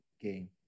game